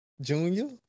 Junior